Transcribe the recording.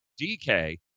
DK